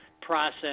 process